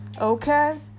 Okay